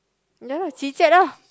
ya chit-chat lah